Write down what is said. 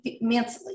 mentally